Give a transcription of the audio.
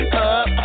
up